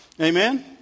Amen